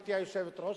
גברתי היושבת-ראש,